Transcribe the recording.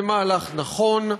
זה מהלך נכון.